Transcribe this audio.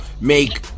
make